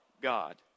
God